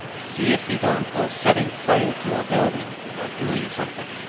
see if he don't go setting fire to a building, or doing something